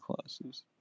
classes